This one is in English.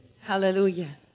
Hallelujah